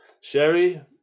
Sherry